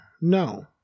No